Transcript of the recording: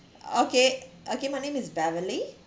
okay okay my name is beverly